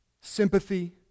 sympathy